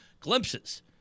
glimpses